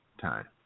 time